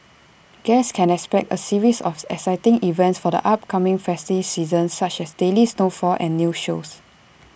guests can expect A series of exciting events for the upcoming festive season such as daily snowfall and new shows